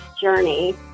journey